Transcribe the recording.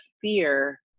fear